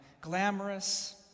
glamorous